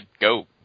go